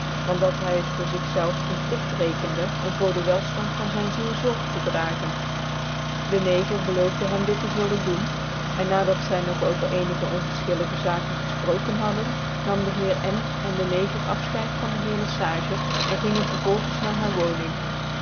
want dat hy het voor zig ïclven een plicht rekende om voorde welftand van zyn ziel zorg te dragen de neger beloofde hem dit te zullen doen en na dat zy nog over cenigc onvcrfchilligc z nkcn gefprooken hadden nam dc heer n en dc neger affchcid van de heer lc sage en gingen vervolgens naar hare woning